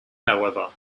however